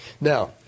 Now